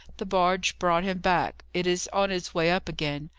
the barge brought him back. it is on its way up again.